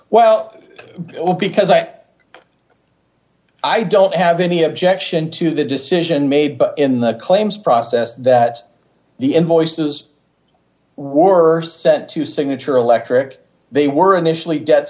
well all because i i don't have any objection to the decision made in the claims process that the invoices were sent to signature electric they were initially debts